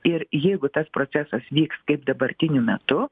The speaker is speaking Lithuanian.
ir jeigu tas procesas vyks kaip dabartiniu metu